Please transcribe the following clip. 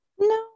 No